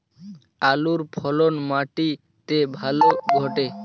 আলুর ফলন মাটি তে ভালো ঘটে?